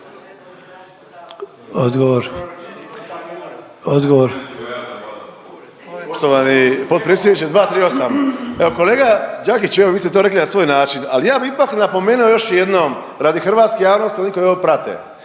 Hrvoje (HDS)** Poštovani potpredsjedniče, 238. Evo kolega Đakić, evo vi ste to rekli na svoj način ali ja bi ipak napomenuo još jednom radi hrvatske javnosti i onih koji ovo prate.